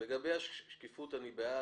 לגבי השקיפות אני בעד.